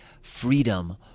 freedom